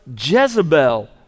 Jezebel